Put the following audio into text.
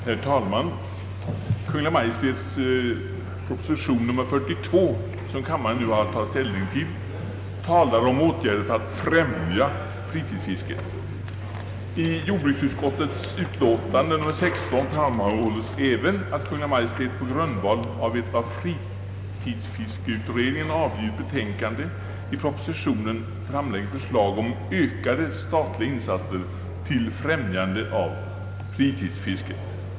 Herr talman! Kungl. Maj:ts proposition nr 42, som kammaren nu har att ta ställning till, talar om åtgärder för att främja fritidsfisket. I jordbruksutskottets utlåtande nr 16 framhålles även att Kungl. Maj:t, på grundval av ett av fritidsfiskeutredningen avgivet betänkande, i propositionen framlägger förslag om ökade statliga insatser till främjande av fritidsfisket.